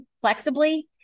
flexibly